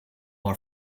our